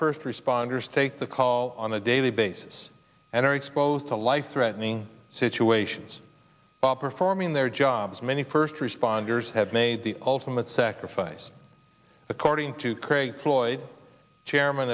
first responders take the call on a daily basis and are exposed to life threatening situations performing their jobs many first responders have made the ultimate sacrifice according to craig floyd chairman